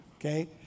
okay